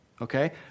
Okay